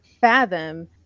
fathom